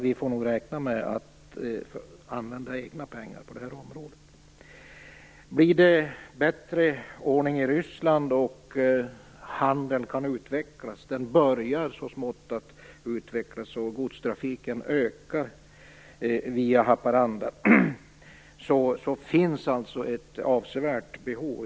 Vi får nog räkna med att använda egna pengar på det här området. Blir det bättre ordning i Ryssland och om handeln kan utvecklas - den börjar så smått att utvecklas, och godstrafiken via Haparanda ökar - kommer det att finnas ett avsevärt behov.